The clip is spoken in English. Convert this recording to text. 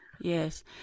Yes